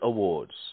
Awards